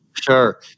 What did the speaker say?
Sure